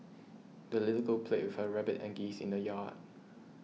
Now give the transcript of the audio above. the little girl played with her rabbit and geese in the yard